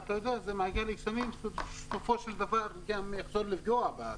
זה מעגל קסמים שבסופו של דבר הוא יכול לפגוע.